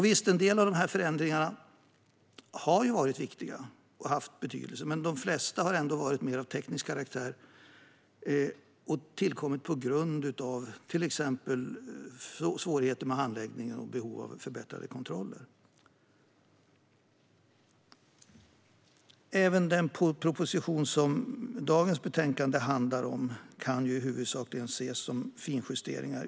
Visst har en del av de här förändringarna varit viktiga och haft betydelse, men de flesta har ändå varit mer av teknisk karaktär och tillkommit på grund av till exempel svårigheter med handläggning och behov av förbättrade kontroller. Även den proposition som dagens betänkande handlar om kan huvudsakligen ses som finjusteringar.